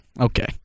Okay